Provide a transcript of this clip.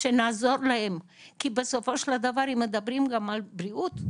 ונעזור להם, כי בסופו של דבר אם מדברים על בריאות,